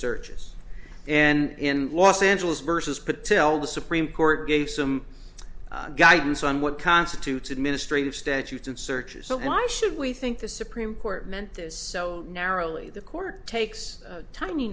searches and in los angeles versus patel the supreme court gave some guidance on what constitutes administrative statutes and searches so why should we think the supreme court meant this so narrowly the court takes a tiny